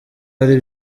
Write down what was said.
hari